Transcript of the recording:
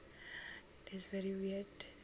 that is very weird